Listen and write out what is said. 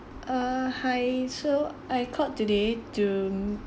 uh hi so I called today to